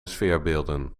sfeerbeelden